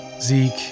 Zeke